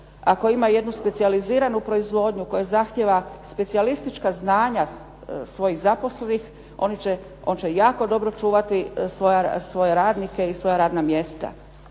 ako ima jednu specijaliziranu proizvodnju koja zahtjeva specijalistička znanja svojih zaposlenih, on će jako dobro čuvati svoje radnike i svoja radna mjesta.